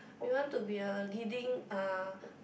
we want to be a leading uh